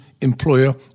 employer